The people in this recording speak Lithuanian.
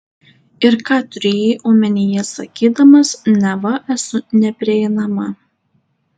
ir ką turėjai omenyje sakydamas neva esu neprieinama